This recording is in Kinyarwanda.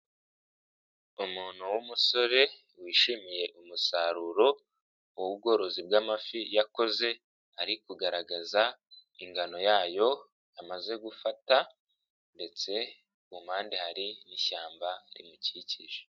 Umuntu w'umusore, wishimiye umusaruro w'ubworozi bw'amafi yakoze, ari kugaragaza ingano yayo amaze gufata ndetse mu mpande hari ishyamba, rimukikije.